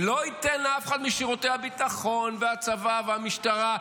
ולא ייתנו לאף אחד משירותי הביטחון והצבא והמשטרה,